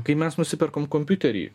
kai mes nusiperkam kompiuterį